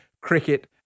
cricket